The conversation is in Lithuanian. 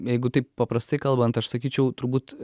jeigu taip paprastai kalbant aš sakyčiau turbūt